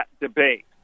debate